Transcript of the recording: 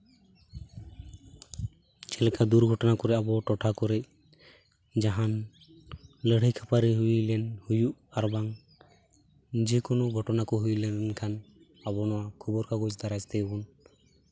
ᱪᱮᱫ ᱞᱮᱠᱟ ᱫᱩᱨᱜᱷᱚᱴᱚᱱᱟ ᱠᱚᱨᱮ ᱟᱵᱚ ᱴᱚᱴᱷᱟ ᱠᱚᱨᱮ ᱡᱟᱦᱟᱱ ᱞᱟᱹᱲᱦᱟᱹᱭ ᱠᱷᱟᱹᱯᱟᱹᱨᱤ ᱦᱩᱭ ᱞᱮᱱ ᱦᱩᱭᱩᱜ ᱟᱨᱵᱟᱝ ᱡᱮᱠᱳᱱᱳ ᱜᱷᱚᱴᱚᱱᱟ ᱠᱚ ᱦᱩᱭ ᱞᱮᱱᱠᱷᱟᱱ ᱟᱵᱚ ᱱᱚᱣᱟ ᱠᱷᱚᱵᱚᱨ ᱠᱟᱜᱚᱡ ᱫᱟᱨᱟᱭ ᱛᱮᱜᱮ ᱵᱚᱱ